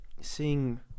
Seeing